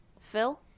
Phil